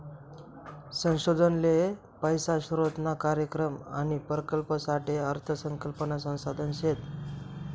संशोधन ले पैसा स्रोतना कार्यक्रम आणि प्रकल्पसाठे अर्थ संकल्पना संसाधन शेत